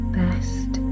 best